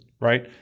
right